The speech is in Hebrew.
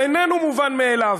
איננו מובן מאליו,